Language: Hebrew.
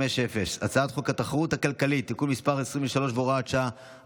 הצעת חוק לתיקון דיני הבחירות לרשויות המקומיות,